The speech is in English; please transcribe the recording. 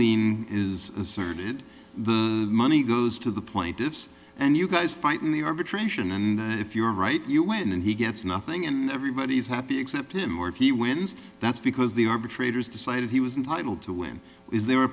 lien is asserted the money goes to the point ifs and you guys fight in the arbitration and if you are right you win and he gets nothing and everybody's happy except him or if he wins that's because the arbitrators decided he was an idol to him is there a